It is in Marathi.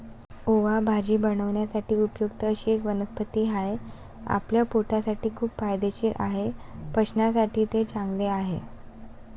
ओवा भाजी बनवण्यासाठी उपयुक्त अशी एक वनस्पती आहे, आपल्या पोटासाठी खूप फायदेशीर आहे, पचनासाठी ते चांगले आहे